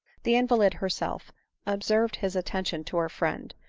the inva lid herself observed his attention to her friend,